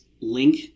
link